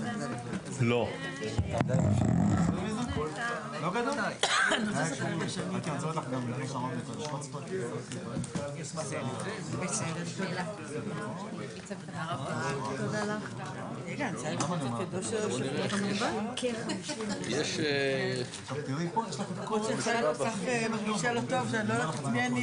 ננעלה בשעה 13:43.